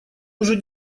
уже